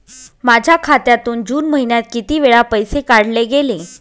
माझ्या खात्यातून जून महिन्यात किती वेळा पैसे काढले गेले?